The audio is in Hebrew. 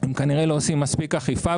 הם כנראה לא עושים מספיק אכיפה.